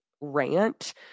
rant